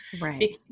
Right